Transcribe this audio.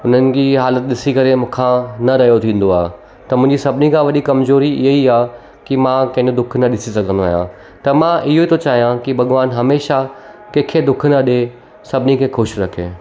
हुननि जी इअ हालत ॾिसी करे मूंखां न रहियो थींदो आहे त मुंहिंजी सभिनी खां वॾी कमज़ोरी हीअ ई आहे की मां कंहिंजो दुखु न ॾिसी सघंदो आहियां त मां इहो थो चाहियां भॻवानु हमेशा कंहिंखे ॾुखु न ॾे सभिनी खे ख़ुशि रखे